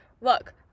look